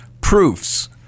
Proofs